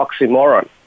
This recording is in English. oxymoron